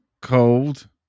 cold